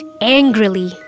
angrily